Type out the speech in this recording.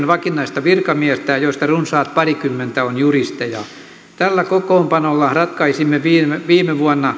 vakinaista virkamiestä joista runsaat parikymmentä on juristeja tällä kokoonpanolla ratkaisimme viime viime vuonna